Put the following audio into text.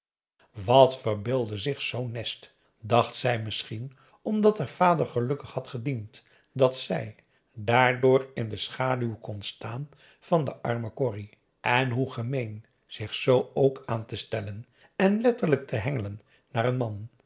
wat verbeeldde zich zoo'n nest dacht zij misschien omdat haar vader gelukkig had gediend dat zij daardoor in de schaduw kon staan van de arme corrie en hoe gemeen zich zoo ook aan te stellen en letterlijk te hengelen naar een man